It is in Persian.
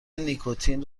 نیکوتین